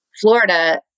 Florida